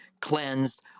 cleansed